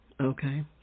Okay